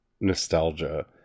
nostalgia